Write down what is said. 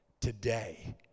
today